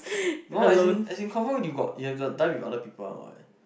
no as in as in confirm you got you have the time with other people one what